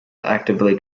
actively